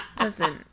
Listen